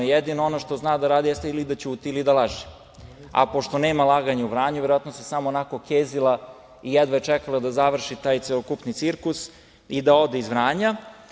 Jedino ono što zna da radi jeste ili da ćuti ili da laže, a pošto nema laganja u Vranju verovatno se samo onako kezila i jedva je čekala da završi taj celokupni cirkus i da ode iz Vranja.